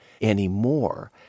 anymore